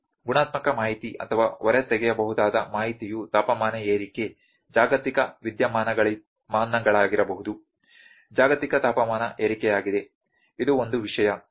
ಗುಣಾತ್ಮಕ ಮಾಹಿತಿ ಅಥವಾ ಹೊರತೆಗೆಯಬಹುದಾದ ಮಾಹಿತಿಯು ತಾಪಮಾನ ಏರಿಕೆ ಜಾಗತಿಕ ವಿದ್ಯಮಾನಗಳಾಗಿರಬಹುದು ಜಾಗತಿಕ ತಾಪಮಾನ ಏರಿಕೆಯಾಗಿದೆ ಇದು ಒಂದು ವಿಷಯ ಸರಿ